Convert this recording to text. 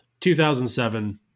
2007